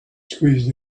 squeezed